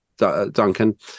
Duncan